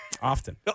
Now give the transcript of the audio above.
Often